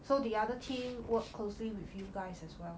so the other team work closely with you guys as well